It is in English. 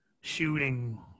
shooting